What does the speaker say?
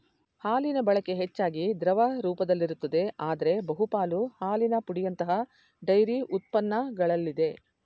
ಹಾಲಿನಬಳಕೆ ಹೆಚ್ಚಾಗಿ ದ್ರವ ರೂಪದಲ್ಲಿರುತ್ತದೆ ಆದ್ರೆ ಬಹುಪಾಲು ಹಾಲಿನ ಪುಡಿಯಂತಹ ಡೈರಿ ಉತ್ಪನ್ನಗಳಲ್ಲಿದೆ